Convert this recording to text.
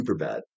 Superbad